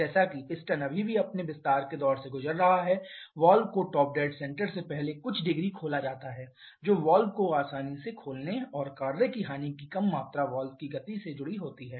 जैसा कि पिस्टन अभी भी अपने विस्तार के दौर से गुजर रहा है वाल्व को टॉप डेड सेंटर से पहले कुछ डिग्री खोला जाता है जो वाल्व को आसानी से खोलने और कार्य की हानि की कम मात्रा वाल्व की गति से जुड़ी होती है